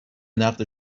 نقد